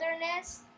wilderness